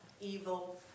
evil